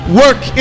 work